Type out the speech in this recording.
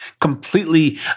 completely